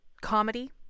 comedy